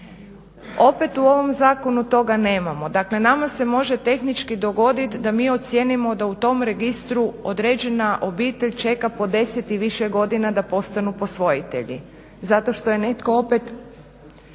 Opet u ovom zakonu toga nemamo. Dakle, nama se može tehnički dogoditi da mi ocijenimo da u tom registru određena obitelj čeka po 10 i više godina da postanu posvojitelji zato što je netko opet